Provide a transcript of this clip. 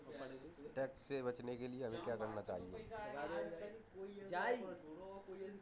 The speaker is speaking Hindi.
टैक्स से बचने के लिए हमें क्या करना चाहिए?